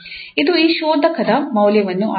ಇದು ಈ ಶೋಧಕದ ಮೌಲ್ಯವನ್ನು ಆಧರಿಸಿದೆ